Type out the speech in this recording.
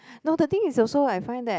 no the thing is also I find that